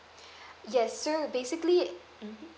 yes so basically mmhmm